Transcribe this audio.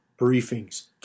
briefings